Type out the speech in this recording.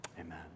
Amen